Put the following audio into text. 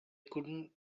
couldn’t